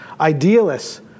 idealists